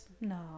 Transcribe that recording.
No